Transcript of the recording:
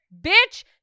bitch